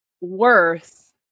worth